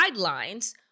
guidelines